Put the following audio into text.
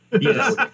Yes